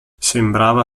sembrava